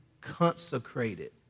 consecrated